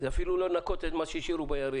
זה אפילו לא מספיק כדי לנקות את מה שהשאירו ביריד.